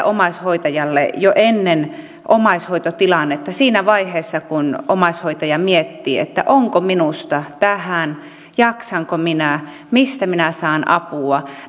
omaishoitajalle pitää tarjota jo ennen omaishoitotilannetta siinä vaiheessa kun omaishoitaja miettii onko minusta tähän jaksanko minä mistä minä saan apua